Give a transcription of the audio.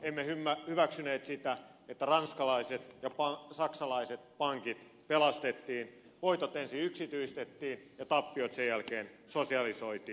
emme hyväksyneet sitä että ranskalaiset ja saksalaiset pankit pelastettiin voitot ensin yksityistettiin ja tappiot sen jälkeen sosialisoitiin